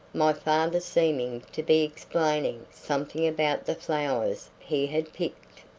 my father seeming to be explaining something about the flowers he had picked.